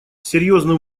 серьезно